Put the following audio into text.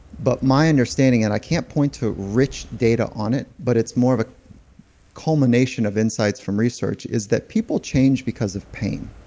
but my understanding, and i can't point to rich data on it, but it's more of a culmination of insights from research is that people change because of pain.